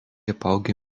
apaugę